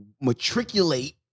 matriculate